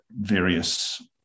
various